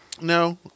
No